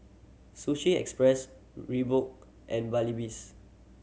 Sushi Express Reebok and Babyliss